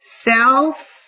Self